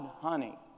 honey